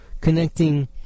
connecting